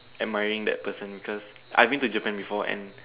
admiring that person because I've been to Japan before and